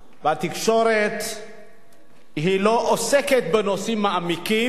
והתקשורת לא עוסקת בנושאים מעמיקים,